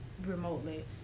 remotely